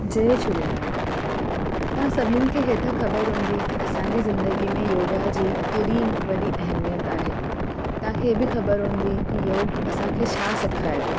जय झूलेलाल तव्हां सभिनीनि खे इहा त ख़बर हूंदी की असांजी ज़िंदगीअ में योगा जी केॾी वॾी अहमियत आहे तव्हांखे हे बि ख़बर हूंदी की योग असांखे छा सेखारे थो